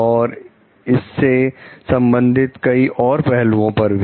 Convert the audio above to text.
और इससे संबंधित कई और पहलुओं पर भी